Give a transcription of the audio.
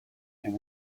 and